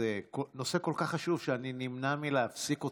זה נושא כל כך חשוב שאני נמנע מלהפסיק אתכם,